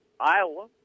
Iowa